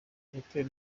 yatewe